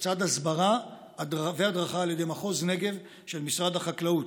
לצד הסברה והדרכה על ידי מחוז נגב של משרד החקלאות.